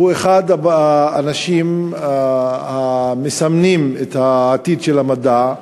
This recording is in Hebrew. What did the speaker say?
הוא אחד האנשים המסמנים את העתיד של המדע.